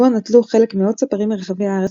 בו נטלו חלק מאות צפרים מרחבי הארץ,